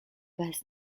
best